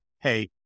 hey